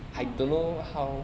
orh